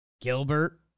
Gilbert